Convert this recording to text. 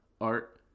art